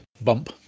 bump